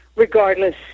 Regardless